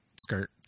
skirt